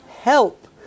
help